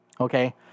Okay